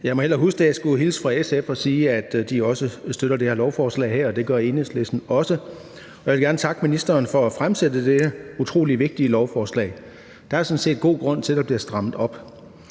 Jeg må hellere huske, at jeg skulle hilse fra SF og sige, at de støtter det lovforslag her, og det gør Enhedslisten også. Jeg vil gerne takke ministeren for at fremsætte dette utrolig vigtige lovforslag. Der er sådan set god grund til, at der bliver strammet op.